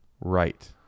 Right